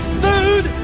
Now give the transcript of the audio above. food